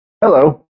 Hello